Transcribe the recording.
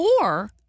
Or-